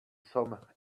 some